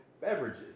beverages